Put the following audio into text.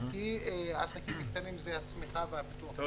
כי עסקים קטנים זה הצמיחה והפיתוח של